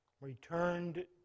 returned